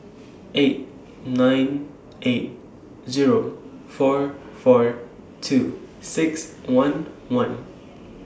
eight nine eight Zero four four two six one one